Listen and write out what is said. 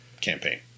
campaign